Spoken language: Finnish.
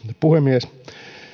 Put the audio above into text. puhemies